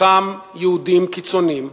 אותם יהודים קיצונים,